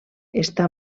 està